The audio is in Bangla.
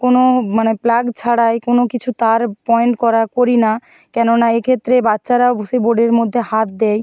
কোনো মানে প্লাগ ছাড়ায় কোনো কিছু তার পয়েন্ট করা করি না কেননা এক্ষেত্রে বাচ্চারাও সে বোর্ডের মধ্যে হাত দেয়